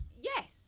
Yes